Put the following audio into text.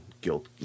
guilt